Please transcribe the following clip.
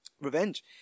revenge